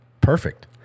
Perfect